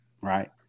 Right